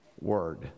word